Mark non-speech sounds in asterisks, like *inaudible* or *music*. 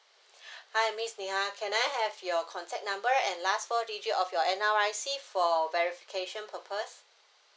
*breath* hi miss niah can I have your contact number and last four digit of your N_R_I_C for verification purpose